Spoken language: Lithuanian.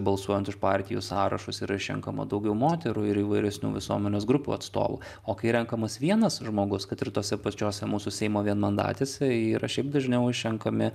balsuojant už partijų sąrašus yra išrenkama daugiau moterų ir įvairesnių visuomenės grupių atstovų o kai renkamas vienas žmogus kad ir tose pačiose mūsų seimo vienmandatėse yra šiaip dažniau išrenkami